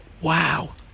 wow